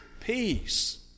peace